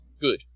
good